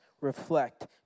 reflect